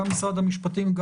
גם משרד המשפטים,